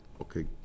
okay